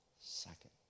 second